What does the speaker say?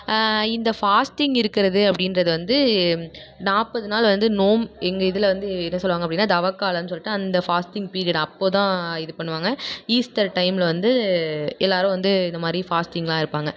இந்த ஃபாஸ்ட்டிங் இருக்கிறது அப்படின்றது வந்து நாற்பது நாள் வந்து நோம்பு எங்கள் இதில் வந்து என்ன சொல்வாங்க அப்படின்னா தவக்காலம்னு சொல்லிட்டு அந்த ஃபாஸ்ட்டிங் பீரியட் அப்போது தான் இது பண்ணுவாங்க ஈஸ்டர் டைமில் வந்து எல்லோரும் வந்து இந்தமாதிரி ஃபாஸ்ட்டிங்லாம் இருப்பாங்க